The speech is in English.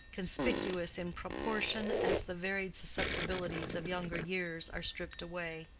conspicuous in proportion as the varied susceptibilities of younger years are stripped away.